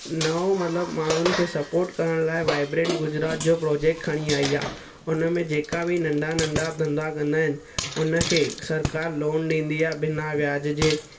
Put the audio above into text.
नओ मतिलबु माण्हुनि खे सपोट करण लाइ वाइब्रैंट गुजरात जो प्रोजेक्ट खणी आई आहे उनमें जेका बि नंढा नंढा धंधा कंदा आहिनि उनखे सरकारु लोन ॾींदी आहे बिना व्याज जे